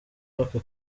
w’aka